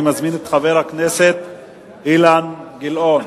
אני מזמין את חבר הכנסת אילן גילאון,